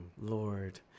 Lord